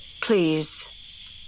please